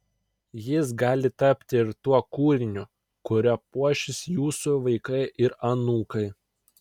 jis gali tapti ir tuo kūriniu kuriuo puošis jūsų vaikai ir anūkai